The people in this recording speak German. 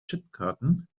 chipkarten